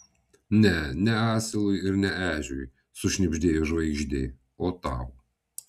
ne ne asilui ir ne ežiui sušnibždėjo žvaigždė o tau